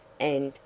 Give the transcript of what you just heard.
and,